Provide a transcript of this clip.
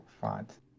font